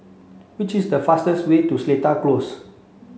which is the fastest way to Seletar Close